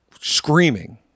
screaming